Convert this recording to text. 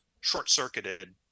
short-circuited